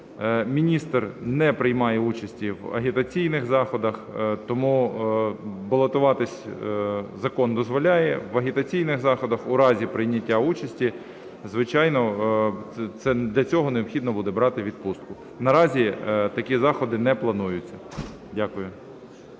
міністр не приймає участі в агітаційних заходах. Тому балотуватись закон дозволяє, в агітаційних заходах у разі прийняття участі, звичайно, для цього необхідно буде брати відпустку. Наразі такі заходи не плануються. Дякую.